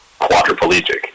Quadriplegic